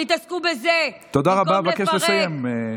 תתעסקו בזה במקום לפרק, תודה רבה, אבקש לסיים.